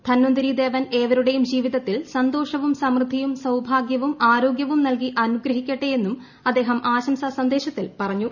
ധന്വന്തരി ദേവൻ ഏവരുടെയും ജീവിതത്തിൽ സന്തോഷവും സമൃദ്ധിയും സൌഭാഗ്യവും ആരോഗ്യവും നൽകി അനുഗ്രഹിക്കട്ടെ എന്നും അദ്ദേഹം ആശംസാ സന്ദേശത്തിൽ പറഞ്ഞു